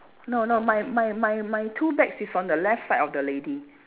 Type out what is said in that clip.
no no my my my my two bags is on the left side of the lady